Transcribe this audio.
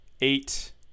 eight